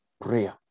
prayer